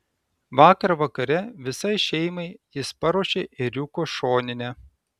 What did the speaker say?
vakar vakare visai šeimai jis paruošė ėriuko šoninę